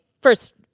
first